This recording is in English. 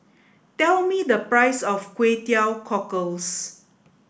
tell me the price of Kway Teow Cockles